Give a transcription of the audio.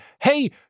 Hey